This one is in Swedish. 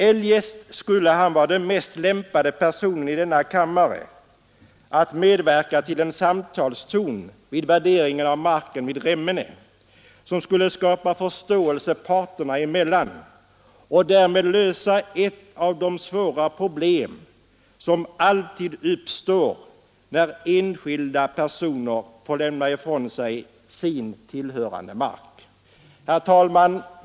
Eljest skulle han vara den mest lämpade personen i denna kammare att medverka till en samtalston vid värderingen av marken i Remmene som kunde skapa förståelse parterna emellan och därmed lösa ett av de svåra problem som alltid uppstår när enskilda personer måste lämna ifrån sig sin mark. Herr talman!